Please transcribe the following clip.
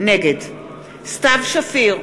נגד סתיו שפיר,